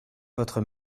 votre